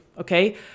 Okay